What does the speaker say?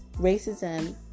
racism